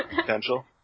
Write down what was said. potential